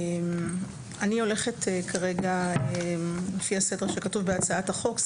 אני הולכת כרגע לפי הסדר שכתוב בהצעת החוק.